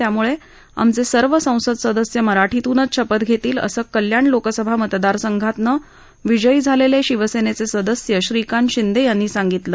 त्यामुळे आमचे सर्व संसद सदस्य मराठीतूनच शपथ घेतील असं कल्याण लोकसभा मतदारसंघातून विजयी झालेले शिवसेनेचे सदस्य श्रीकांत शिंदे यांनी सांगितलं